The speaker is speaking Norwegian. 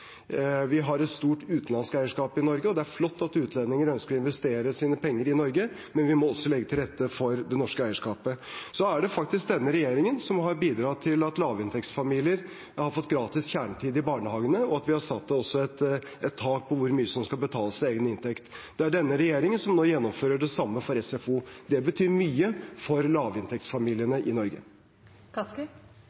i Norge, og det er flott at utlendinger ønsker å investere sine penger i Norge, men vi må også legge til rette for det norske eierskapet. Det er faktisk denne regjeringen som har bidratt til at lavinntektsfamilier har fått gratis kjernetid i barnehagene, og at vi også har satt et tak på hvor mye som skal betales av egen inntekt. Det er denne regjeringen som nå gjennomfører det samme for SFO. Det betyr mye for